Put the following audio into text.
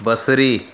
बसरी